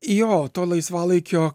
jo to laisvalaikio